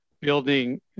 building